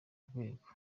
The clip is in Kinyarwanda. urwego